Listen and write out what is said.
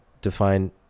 define